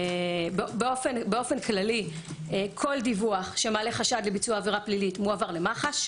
באופן כללי כל דיווח שמעלה חשד לביצוע עבירה פלילית מועבר למח"ש,